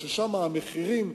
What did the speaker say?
ששם המחירים,